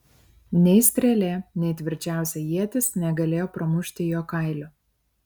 nei strėlė nei tvirčiausia ietis negalėjo pramušti jo kailio